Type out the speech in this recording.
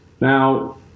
Now